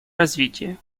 развитии